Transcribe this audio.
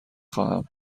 خواهم